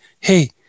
hey